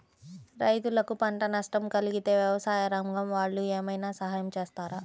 రైతులకు పంట నష్టం కలిగితే వ్యవసాయ రంగం వాళ్ళు ఏమైనా సహాయం చేస్తారా?